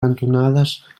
cantonades